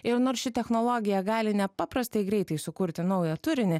ir nors ši technologija gali nepaprastai greitai sukurti naują turinį